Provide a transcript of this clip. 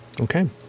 Okay